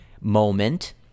moment